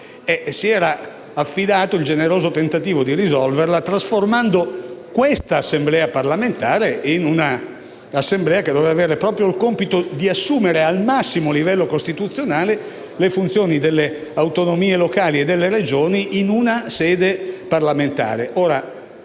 si era affidato a un generoso tentativo di risolvere la questione trasformando questa Assemblea parlamentare in un'assemblea che avesse proprio il compito di assumere al massimo livello costituzionale le funzioni delle autonomie locali e delle Regioni in una sede parlamentare.